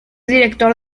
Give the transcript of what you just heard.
director